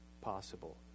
possible